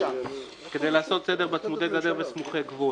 כדי לעשות סדר בצמודי גדר וסמוכי גבול